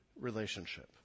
relationship